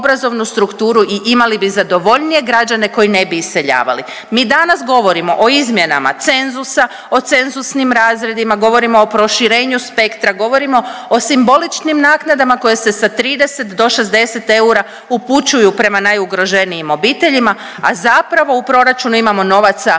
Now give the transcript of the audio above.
i imali bi zadovoljnije građane koji ne bi iseljavali. Mi danas govorimo o izmjenama cenzusa, o cenzusnim razredima, govorimo o proširenju spektra, govorimo o simboličnim naknadama koje se sa 30 do 60 eura upućuju prema najugroženijim obiteljima, a zapravo u proračunu imamo novaca